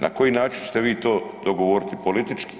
Na koji način ćete vi to dogovoriti politički?